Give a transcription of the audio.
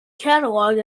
cataloged